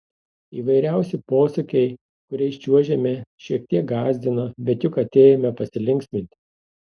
įvairiausi posūkiai kuriais čiuožėme šiek tiek gąsdino bet juk atėjome pasilinksminti